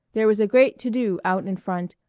there was a great to-do out in front,